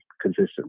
consistent